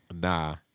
Nah